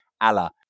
Allah